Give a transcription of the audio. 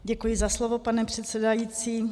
Děkuji za slovo, pane předsedající.